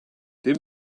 dim